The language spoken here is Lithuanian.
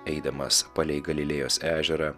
eidamas palei galilėjos ežerą